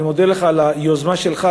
אני מודה לך על היוזמה שלך,